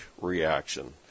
reaction